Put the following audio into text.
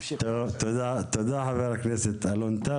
תודה, חבר הכנסת אלון טל.